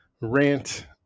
rant